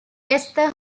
esther